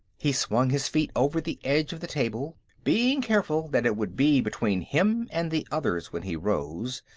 he swung his feet over the edge of the table, being careful that it would be between him and the others when he rose,